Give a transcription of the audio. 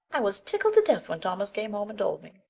i was tickled to death when thomas came home and told me.